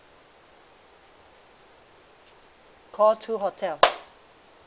call two hotel